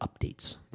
updates